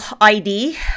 ID